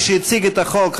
מי שהציג את החוק,